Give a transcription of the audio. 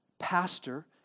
pastor